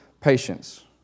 patience